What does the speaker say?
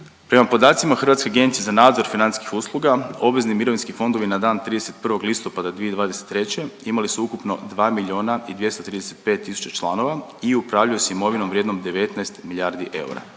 Prema podacima Hrvatske agencije za nadzor financijskih usluga obvezni mirovinski fondovi na dan 31. listopada 2023. imali su ukupno 2 milijuna i 235 tisuća članova i upravljaju s imovinom vrijednom 19 milijardi eura.